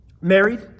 Married